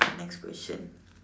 next question